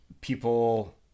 people